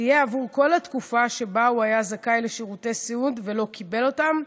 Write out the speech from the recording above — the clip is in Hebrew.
תהיה עבור כל התקופה שבה הוא היה זכאי לשירותי סיעוד ולא קיבל אותם,